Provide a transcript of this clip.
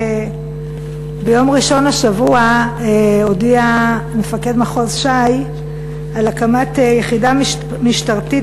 ביום ראשון השבוע הודיע מפקד מחוז ש"י על הקמת יחידה משטרתית